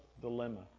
dilemma